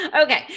Okay